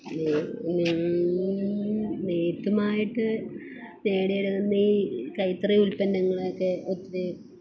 നെയ്ത്തുമായിട്ട് നേടിയെടുക്കുന്ന ഈ കൈത്തറി ഉല്പ്പന്നങ്ങളൊക്കെ ഒത്തിരി